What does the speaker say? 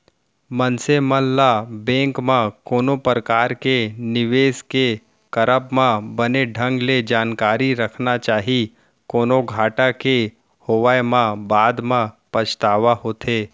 मनसे मन ल बेंक म कोनो परकार के निवेस के करब म बने ढंग ले जानकारी रखना चाही, कोनो घाटा के होय म बाद म पछतावा होथे